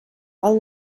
are